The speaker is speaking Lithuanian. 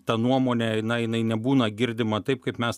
ta nuomonė na jinai nebūna girdima taip kaip mes